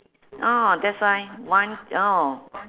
ah that's why one ya